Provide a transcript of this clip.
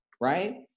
right